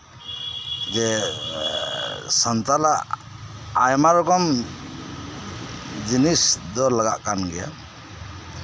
ᱡᱮ ᱥᱟᱱᱛᱟᱞᱟᱜ ᱟᱭᱢᱟ ᱨᱚᱠᱚᱢ ᱡᱤᱱᱤᱥ ᱫᱚ ᱞᱟᱜᱟᱜ ᱠᱟᱱ ᱜᱮᱭᱟ